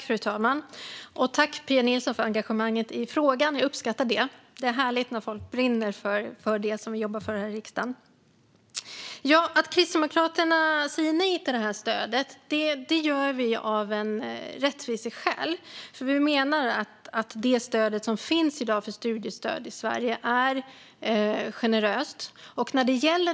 Fru talman! Tack, Pia Nilsson, för engagemanget i frågan! Jag uppskattar det. Det är härligt när folk brinner för det vi jobbar för i riksdagen. Kristdemokraterna säger nej till stödet av rättviseskäl. Vi menar att det studiestöd som finns i dag i Sverige är generöst.